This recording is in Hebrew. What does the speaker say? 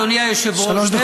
אדוני היושב-ראש,